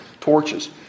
Torches